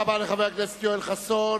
תודה רבה לחבר הכנסת יואל חסון.